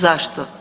Zašto?